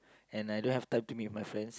and I don't have time to meet my friends